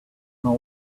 know